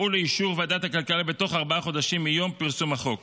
יובאו לאישור ועדת הכלכלה בתוך ארבעה חודשים מיום פרסום החוק,